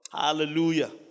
Hallelujah